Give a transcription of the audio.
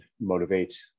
motivate